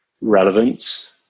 relevant